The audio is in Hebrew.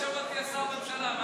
שר בממשלה.